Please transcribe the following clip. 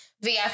VIP